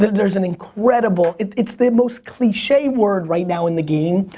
there's an incredible, it's the most cliche word right now in the game,